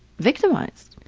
victimized.